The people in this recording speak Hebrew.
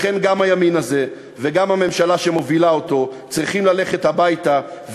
לכן גם הימין הזה וגם הממשלה שמובילה אותו צריכים ללכת הביתה,